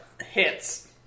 hits